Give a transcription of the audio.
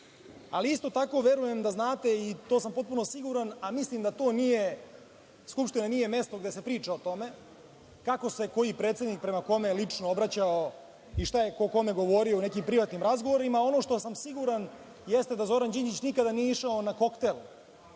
ali isto tako verujem da znate, i to sam potpuno siguran, a mislim da Skupština nije mesto gde se priča o tome, kako se koji predsednik prema kome lično obraćao i šta je ko kome govorio u nekim privatnim razgovorima. Ono što sam siguran jeste da Zoran Đinđić nikada nije išao na koktel